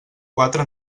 quatre